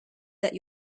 that